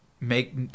make